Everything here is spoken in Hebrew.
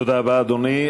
תודה רבה, אדוני.